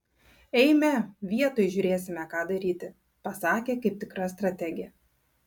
eime vietoj žiūrėsime ką daryti pasakė kaip tikra strategė